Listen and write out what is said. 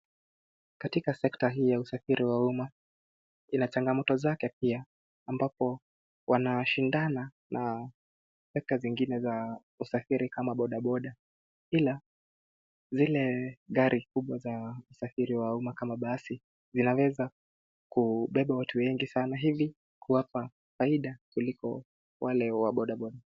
Katika sekta hii ya usafiri wa umma, ina changamoto zake pia, ambapo wanawashindana na sekta zingine za usafiri kama bodaboda. Ila, zile gari kubwa za usafiri wa umma kama basi, vinaweza kubeba watu wengi sana, hivi kuwapa faida, kuliko wale wa bodaboda.